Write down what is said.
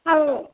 ଆଉ